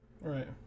Right